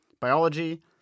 biology